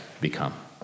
become